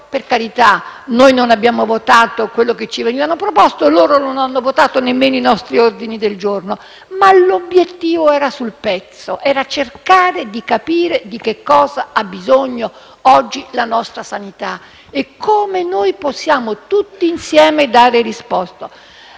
Per carità, non abbiamo votato quello che ci veniva proposto e loro non hanno votato nemmeno i nostri ordini del giorno. Ma l'obiettivo era sul pezzo: era a cercare di capire di che cosa ha bisogno oggi la nostra sanità e come noi possiamo, tutti insieme, dare risposta